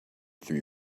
through